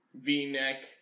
v-neck